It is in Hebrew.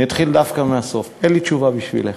אני אתחיל דווקא מהסוף: אין לי תשובה בשבילך.